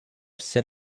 sit